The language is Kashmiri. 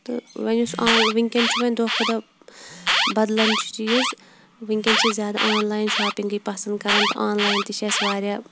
تہٕ وۄنۍ یُس آن وٕنکٮ۪ن چھُ وۄنۍ دۄہ کھۄتہٕ دۄہ بدلان چھِ چیٖز وٕنکٮ۪ن چھِ زیادٕ آنلاین شاپِنٛگٕے پَسنٛد کَران تہٕ آنلاین تہِ چھِ اَسہِ واریاہ